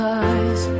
eyes